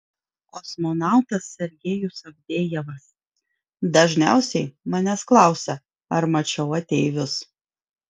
kosmonautas sergejus avdejevas dažniausiai manęs klausia ar mačiau ateivius